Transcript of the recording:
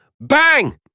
Bang